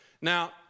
Now